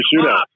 shootout